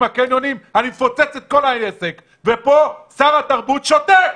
הקניונים אני מפוצץ את כל העסק" ופה שר התרבות שותק.